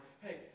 hey